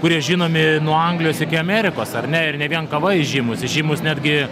kurie žinomi nuo anglijos iki amerikos ar ne ir ne vien kava įžymūs įžymūs netgi